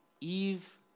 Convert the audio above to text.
Eve